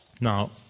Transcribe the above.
Now